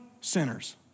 sinners